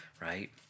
right